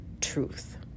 truth